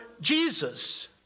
Jesus